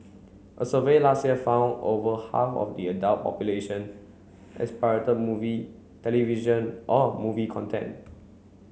a survey last year found over half of the adult population has pirated movie television or movie content